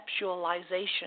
conceptualization